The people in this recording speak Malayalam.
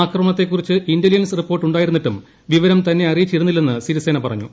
ആക്രമണത്തെക്കുറിച്ച് ഇന്റലിജൻസ് റിപ്പോർട്ട് ഉണ്ടായിരുന്നിട്ടും വിവരം തന്നെ അറിയിച്ചിരുന്നില്ലെന്ന് സിരിസേന പറഞ്ഞു